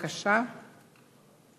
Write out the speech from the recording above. אנחנו ממשיכים